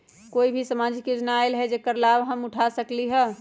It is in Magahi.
अभी कोई सामाजिक योजना आयल है जेकर लाभ हम उठा सकली ह?